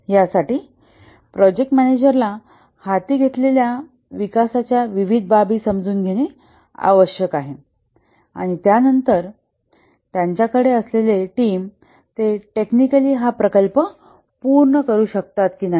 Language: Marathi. यासाठी प्रोजेक्ट मॅनेजरला हाती घेतलेल्या विकासाच्या विविध बाबी समजून घेणे आवश्यक आहे आणि त्यानंतर त्याच्याकडे असलेले टीम ते तांत्रिकदृष्ट्या हा प्रकल्प पूर्ण करू शकतात की नाही